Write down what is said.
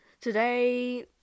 today